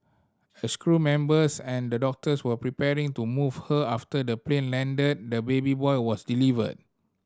as crew members and the doctors were preparing to move her after the plane landed the baby boy was delivered